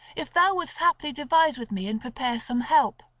if thou wouldst haply devise with me and prepare some help.